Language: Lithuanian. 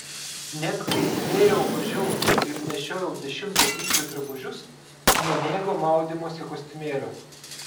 net kai svėriau mažiau ir nešiojau dešimto dydžio drabužius nemėgau maudymosi kostiumėlių